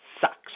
sucks